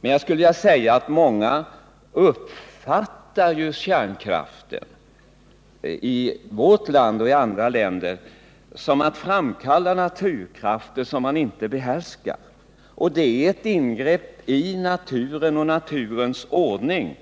Många i vårt land och i andra länder uppfattar kärnkraften såsom ett sätt att framkalla naturkrafter som man inte behärskar. Det är ett ingrepp i naturen och naturens ordning,